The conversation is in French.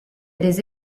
des